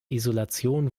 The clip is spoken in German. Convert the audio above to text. isolation